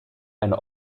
eine